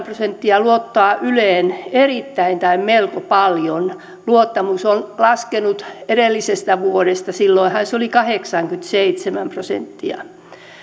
prosenttia luottaa yleen erittäin tai melko paljon luottamus on laskenut edellisestä vuodesta silloinhan se oli kahdeksankymmentäseitsemän prosenttia